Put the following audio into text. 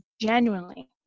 genuinely